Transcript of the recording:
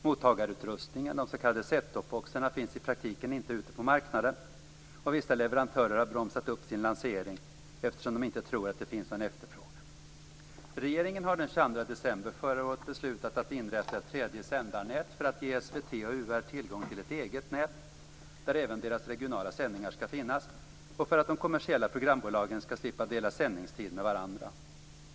Mottagarutrustningen, de s.k. set-top-boxarna, finns i praktiken inte ute på marknaden, och vissa leverantörer har bromsat upp sin lansering, eftersom de inte tror att det finns någon efterfrågan. Regeringen har den 22 december förra året beslutat att inrätta ett tredje sändarnät för att ge SVT/UR tillgång till ett eget nät där även deras regionala sändningar skall finnas och för att de kommersiella programbolagen skall slippa dela sändningstid med varandra.